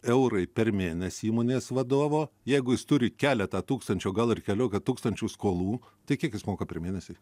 eurai per mėnesį įmonės vadovo jeigu jis turi keletą tūkstančių o gal ir keliolika tūkstančių skolų tai kiek jis moka per mėnesį